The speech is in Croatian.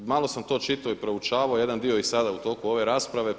Malo sam to čitao i proučavao, jedan dio i sada u toku ove rasprave.